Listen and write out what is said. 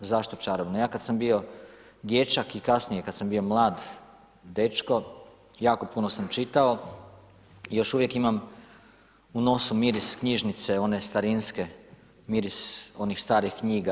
Zašto čarobno? ja kad sam bio dječak i kasnije kad sam bio mlad dečko jako puno sam čitao, još uvijek imam u nosu miris knjižnice one starinske, miris onih starih knjiga.